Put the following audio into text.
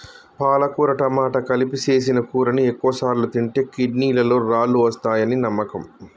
పాలకుర టమాట కలిపి సేసిన కూరని ఎక్కువసార్లు తింటే కిడ్నీలలో రాళ్ళు వస్తాయని నమ్మకం